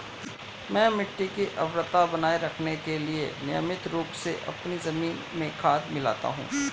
मैं मिट्टी की उर्वरता बनाए रखने के लिए नियमित रूप से अपनी जमीन में खाद मिलाता हूं